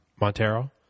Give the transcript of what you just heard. Montero